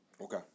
Okay